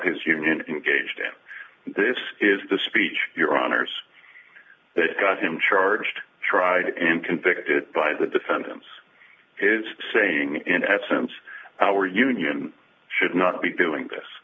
his union engaged in this is the speech your honour's that got him charged tried and convicted by the defendants is saying in essence our union should not be doing